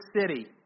city